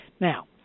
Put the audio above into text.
Now